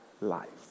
life